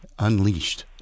Unleashed